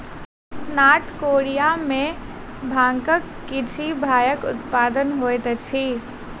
north Korea में भांगक किछ भागक उत्पादन होइत अछि